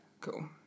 Cool